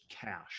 cash